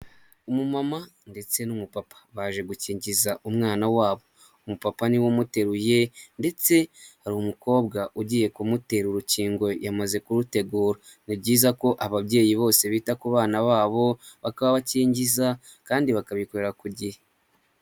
Umumama ndetse n'umupapa baje gukingiza umwana wabo, umupapa niwe umuteruye ndetse hari umukobwa ugiye kumutera urukingo yamaze kurutegura. Ni byiza ko ababyeyi bose bita ku bana babo, bakabakingiza kandi bakabikorera ku gihe.